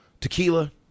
Tequila